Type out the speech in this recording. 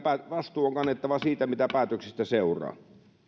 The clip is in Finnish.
vastuu on kannettava siitä mitä päätöksistä seuraa